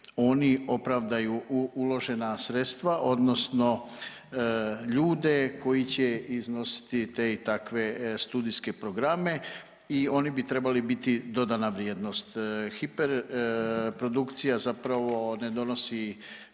oni opravdaju uložena sredstva odnosno ljude koji će iznositi te i takve studijske programe i oni bi trebali biti dodana vrijednost. Hiperprodukcija zapravo ne donosi